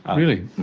really?